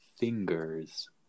Fingers